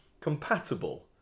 compatible